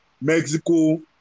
Mexico